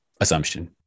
assumption